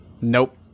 Nope